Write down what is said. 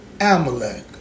Amalek